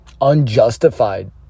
unjustified